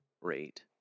rate